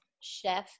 chef